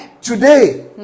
Today